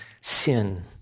sin